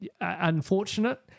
unfortunate